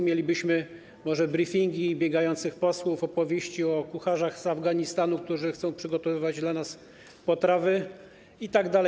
Mielibyśmy może briefingi i biegających posłów, opowieści o kucharzach z Afganistanu, którzy chcą przygotowywać dla nas potrawy itd.